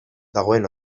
dagoen